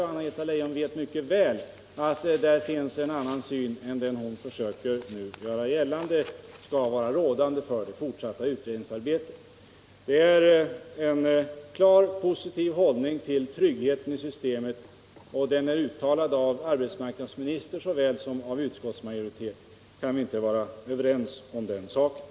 Och Anna Greta Leijon vet mycket väl att där finns det en helt annan syn än den hon försökte göra gällande på vad som skall vara rådande i det fortsatta utredningsarbetet. I direktiven finns en klart positiv hållning till anställningstryggheten. Uttalanden av samma slag finns av arbetsmarknadsministern och av utskottsmajoriteten. Kan vi inte vara överens om den saken?